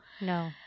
No